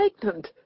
pregnant